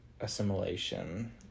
assimilation